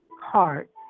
Heart